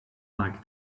like